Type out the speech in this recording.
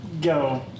go